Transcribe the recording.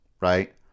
right